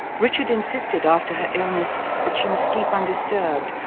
richard insisted after her illness that she must sleep undisturbed.